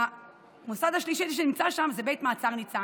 3. המוסד השלישי שנמצא שם זה בית המעצר ניצן.